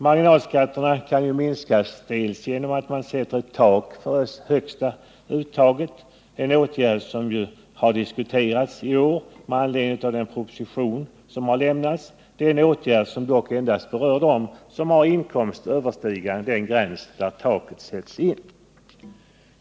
Marginalskatterna kan minskas bl.a. genom att man sätter ett tak för ett högsta uttag — en åtgärd som dock endast berör dem som har en inkomst överstigande den gräns där taket sätts in. Denna åtgärd har diskuterats i år med anledning av den proposition som har lämnats.